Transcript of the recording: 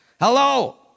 Hello